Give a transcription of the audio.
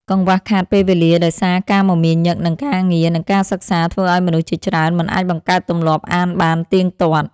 កង្វះខាតពេលវេលាដោយសារការមមាញឹកនឹងការងារ និងការសិក្សា ធ្វើឱ្យមនុស្សជាច្រើនមិនអាចបង្កើតទម្លាប់អានបានទៀងទាត់។